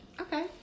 Okay